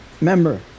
member